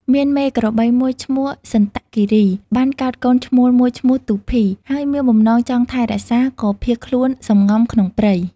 មានមេក្របីមួយឈ្មោះ សន្តគិរី បានកើតកូនឈ្មោលមួយឈ្មោះ ទូភី ហើយមានបំណងចង់ថែរក្សាក៏ភៀសខ្លួនសំងំក្នុងព្រៃ។